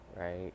right